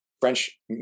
French